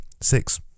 six